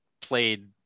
played